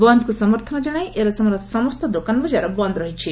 ବନ୍ଦ୍କୁ ସମର୍ଥନ ଜଶାଇ ଏରସମାର ସମସ୍ତ ଦୋକାନ ବଜାର ବନ୍ଦ ରହିଛି